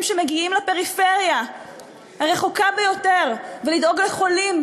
שמגיעים לפריפריה הרחוקה ביותר ולדאוג לחולים,